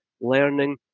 learning